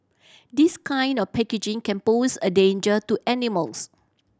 this kind of packaging can pose a danger to animals